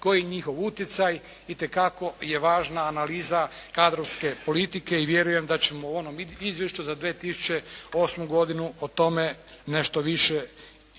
koji je njihov utjecaj itekako je važna analiza kadrovske politike i vjerujem da ćemo u onom izvješću za 2008. godinu o tome nešto više čuti,